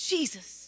Jesus